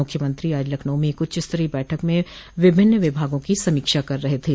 मुख्यमंत्री आज लखनऊ में एक उच्चस्तरीय बैठक में विभिन्न विभागों की समीक्षा कर रहे थे